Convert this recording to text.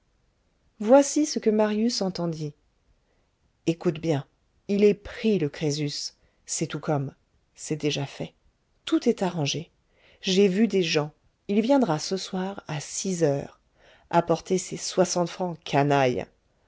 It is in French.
voici ce que marius entendit écoute bien il est pris le crésus c'est tout comme c'est déjà fait tout est arrangé j'ai vu des gens il viendra ce soir à six heures apporter ses soixante francs canaille